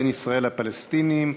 האמריקני למשא-ומתן בין ישראל לפלסטינים.